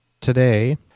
today